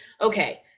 Okay